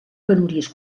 penúries